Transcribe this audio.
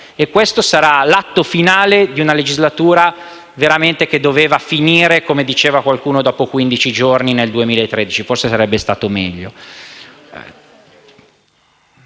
Questo sarà l'atto finale di una legislatura che doveva finire, come diceva qualcuno, dopo quindici giorni, nel 2013; forse sarebbe stata meglio.